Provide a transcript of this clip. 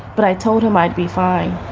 but i told him i'd be fine.